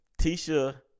tisha